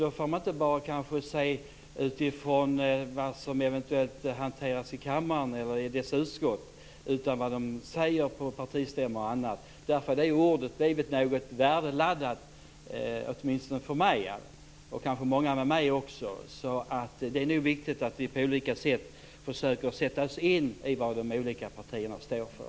Man får inte bara se till vad som eventuellt behandlas i kammaren eller dess utskott, utan också till vad som sägs på partistämmor, t.ex. Ordet har blivit något värdeladdat åtminstone för mig, och kanske även för många andra. Det är nog viktigt att vi på olika sätt försöker sätta oss in i vad de olika partierna står för.